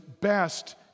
best